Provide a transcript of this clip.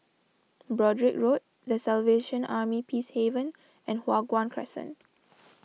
Broadrick Road the Salvation Army Peacehaven and Hua Guan Crescent